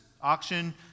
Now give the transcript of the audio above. auction